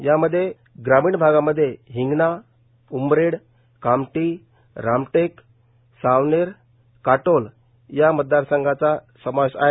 यामध्ये ग्रामीण भागामध्ये हिंगणा उमरेड कामठी रामटेक सावनेर काटोल या मतदारसंघाचा समावेश आहे